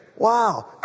Wow